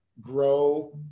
grow